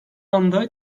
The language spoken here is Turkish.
anda